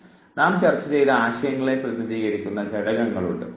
ഇപ്പോൾ നാം ചർച്ച ചെയ്ത ആശയങ്ങളെ പ്രതിനിധീകരിക്കുന്ന ഘടകങ്ങൾ ഉണ്ട്